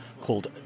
called